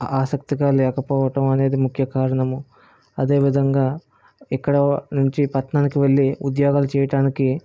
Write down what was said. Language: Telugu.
ఆసక్తిగా లేకపోవటం అనేది ముఖ్య కారణము అదేవిధంగా ఇక్కడ నుంచి పట్టణానికి వెళ్ళి ఉద్యోగాలు చేయటానికి